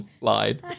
lied